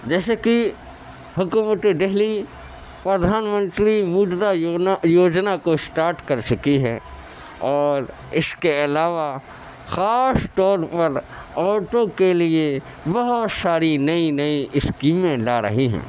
جیسے کہ حکومت دہلی پردھان منتری مدرا یوجنا کو اسٹارٹ کر چکی ہے اور اس کے علاوہ خاص طور پر عورتوں کے لیے بہت ساری نئی نئی اسکیمیں لا رہی ہے